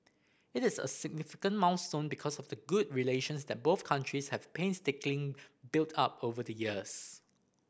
it is a significant milestone because of the good relations that both countries have painstakingly built up over the years